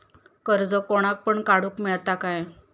कर्ज कोणाक पण काडूक मेलता काय?